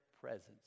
presence